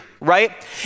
right